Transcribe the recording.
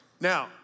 Now